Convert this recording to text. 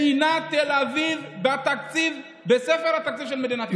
מדינת תל אביב, בספר התקציב של מדינת ישראל.